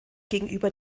gegenüber